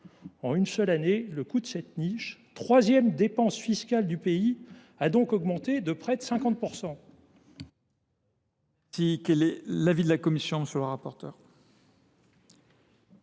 En une seule année, le coût de cette niche, troisième dépense fiscale du pays, a donc augmenté de près de 50